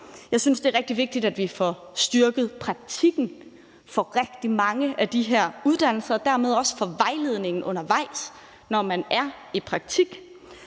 Jeg synes, det er rigtig vigtigt, at vi får styrket praktikken for rigtig mange af de her uddannelser og dermed også vejledningen undervejs, når man er i praktik.